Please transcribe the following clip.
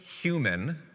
human